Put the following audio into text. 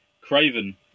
Craven